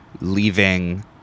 leaving